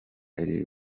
ari